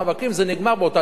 זה נגמר באותה דקה.